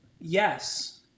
yes